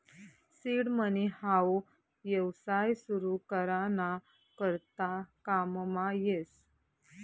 seed money हाऊ येवसाय सुरु करा ना करता काममा येस